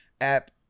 app